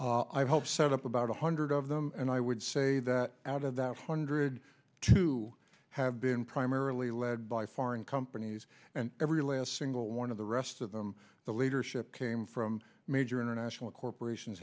i hope set up about a hundred of them and i would say that out of that hundred to have been primarily lead by foreign companies and every last single one of the rest of them the leadership came from major international corporations